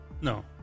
No